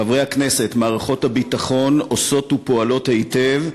חברי הכנסת, מערכות הביטחון עושות ופועלות היטב,